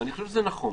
ואני חושב שזה נכון.